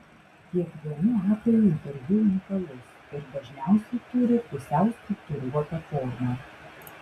kiekvienu atveju interviu unikalus ir dažniausiai turi pusiau struktūruotą formą